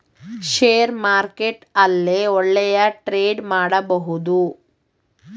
share market ಅಲ್ಲೇ ಒಳ್ಳೆಯ trade ಮಾಡಬಹುದು